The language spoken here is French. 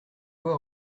loi